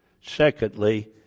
Secondly